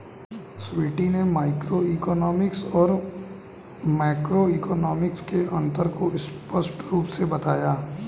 स्वीटी ने मैक्रोइकॉनॉमिक्स और माइक्रोइकॉनॉमिक्स के अन्तर को स्पष्ट रूप से बताया